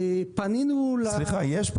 אנחנו פנינו ל --- האם יש פה